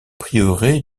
prieuré